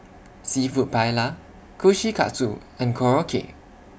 Seafood Paella Kushikatsu and Korokke